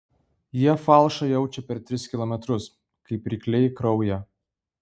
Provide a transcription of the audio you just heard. jie falšą jaučia per tris kilometrus kaip rykliai kraują